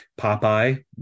Popeye